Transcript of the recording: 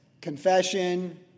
confession